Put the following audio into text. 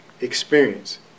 experience